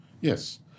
Yes